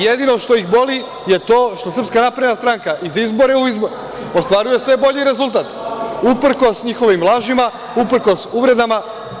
Jedino što ih boli je to što SNS iz izbora u izbore ostvaruje sve bolji rezultat, uprkos njihovim lažima, uprkos uvredama.